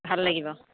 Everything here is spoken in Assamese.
ভাল লাগিব